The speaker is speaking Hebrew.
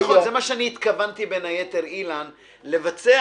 לזה התכוונתי בין היתר, אילן לבצע